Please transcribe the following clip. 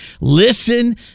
Listen